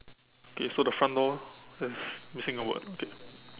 okay so the front door there's missing a word okay